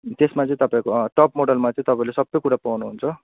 त्यसमा चाहिँ तपाईँको टप मोडलमा चाहिँ तपाईँले सबै कुरा पाउनुहुन्छ